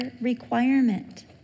requirement